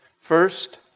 First